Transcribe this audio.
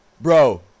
bro